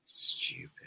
stupid